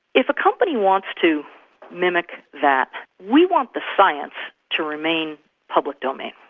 if a company wants to mimic that, we want the science to remain public domain.